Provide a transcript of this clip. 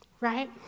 right